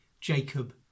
jacob